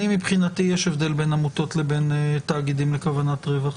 מבחינתי יש הבדל בין עמותות לבין תאגידים לכוונת רווח.